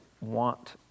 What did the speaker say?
want